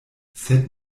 sed